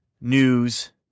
News